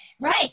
right